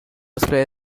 display